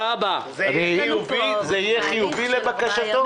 זה יהיה חיובי לבקשתו?